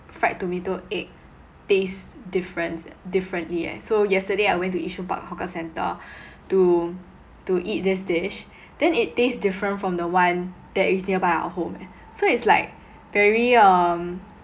fried tomato egg taste different differently leh so yesterday I went to yishun park hawker centre to to eat this dish then it taste different from the one that is nearby our home leh so it's like very um